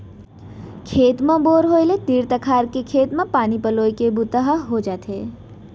खेत म बोर होय ले तीर तखार के खेत म पानी पलोए के बूता ह हो जाथे